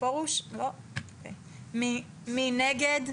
מי נגד?